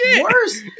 worse